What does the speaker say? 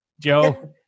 Joe